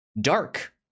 Dark